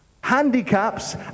handicaps